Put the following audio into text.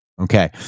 Okay